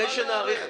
למה להאריך?